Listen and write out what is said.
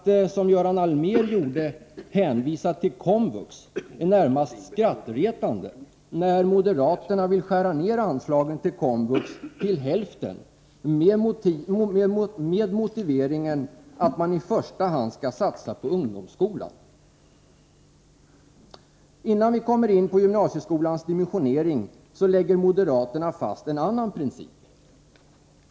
Att som Göran Allmér gjorde hänvisa till Komvux är närmast skrattretande, när moderaterna vill skära ned anslagen till Komvux till hälften, med motiveringen att man i första hand skall satsa på ungdomsskolan. Innan vi kommer in på gymnasieskolans dimensionering lägger moderaterna fast en annan princip.